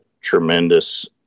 tremendous